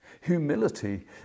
Humility